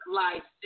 life